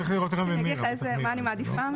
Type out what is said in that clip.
אני אגיד לך מה אני מעדיפה?